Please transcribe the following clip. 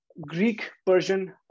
Greek-Persian